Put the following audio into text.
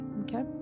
Okay